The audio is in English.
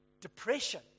depression